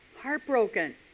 Heartbroken